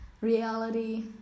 reality